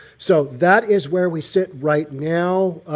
so that is where we sit right now.